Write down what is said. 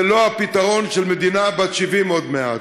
זה לא הפתרון של מדינה בת 70 עוד מעט.